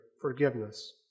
Forgiveness